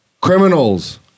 criminals